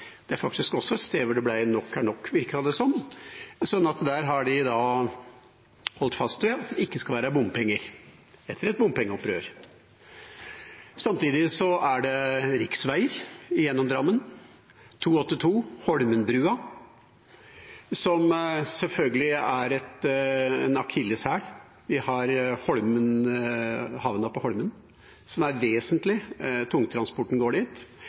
Det er faktisk også et sted der det virket som det ble «nok er nok». Der har de holdt fast ved at det ikke skal være bompenger, etter et bompengeopprør. Samtidig er det riksveier gjennom Drammen. Rv. 291 Holmenbrua er selvfølglig en akilleshæl. Vi har havna på Holmen, som er vesentlig. Tungtransporten går dit.